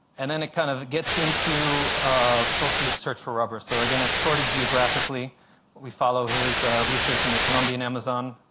and then it kind of gets into ah schultes' search for rubber. so again, it's sort of geographically we follow his research in the colombian amazon,